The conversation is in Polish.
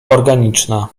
organiczna